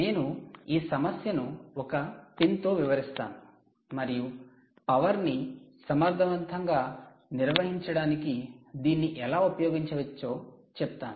నేను ఈ సమస్యను ఒక పిన్తో వివరిస్తాను మరియు పవర్ ని సమర్థవంతంగా నిర్వహించడానికి దీన్ని ఎలా ఉపయోగించవచ్చో చెప్తాను